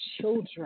children